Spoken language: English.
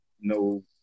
no